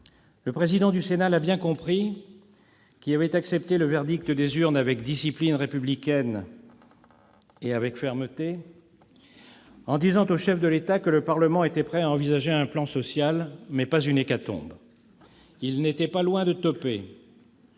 Le président du Sénat l'a bien compris, qui avait accepté le verdict des urnes avec discipline républicaine et avec fermeté, en disant au chef de l'État que le Parlement était prêt à envisager un plan social, mais pas une hécatombe. Les deux n'étaient pas loin de toper.